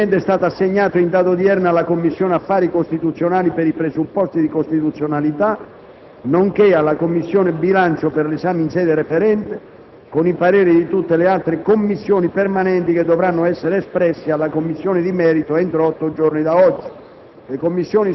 Il provvedimento è stato assegnato in data odierna alla Commissione affari costituzionali per i presupposti di costituzionalità, nonché alla Commissione bilancio per l'esame in sede referente, con i pareri di tutte le altre Commissioni permanenti che dovranno essere espressi alla Commissione di merito entro otto giorni da oggi.